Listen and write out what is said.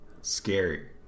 scary